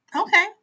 Okay